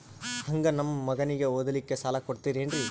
ಹಂಗ ನಮ್ಮ ಮಗನಿಗೆ ಓದಲಿಕ್ಕೆ ಸಾಲ ಕೊಡ್ತಿರೇನ್ರಿ?